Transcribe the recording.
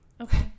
Okay